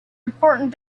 important